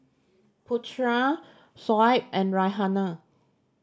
Putera Shoaib and Raihana